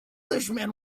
englishman